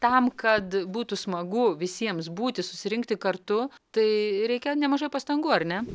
tam kad būtų smagu visiems būti susirinkti kartu tai reikia nemažai pastangų ar ne